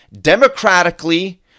democratically